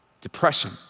depression